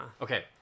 Okay